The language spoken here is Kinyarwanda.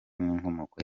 n’inkomoko